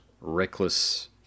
Reckless